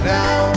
now